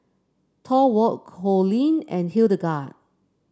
Thorwald Coleen and Hildegard